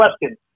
question